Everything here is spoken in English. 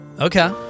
okay